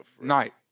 night